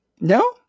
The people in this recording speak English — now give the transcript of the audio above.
No